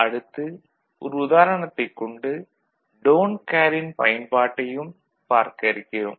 அடுத்து ஒரு உதாரணத்தைக் கொண்டு டோன்ட் கேரின் Don't Care பயன்பாட்டையும் பார்க்க இருக்கிறோம்